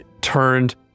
turned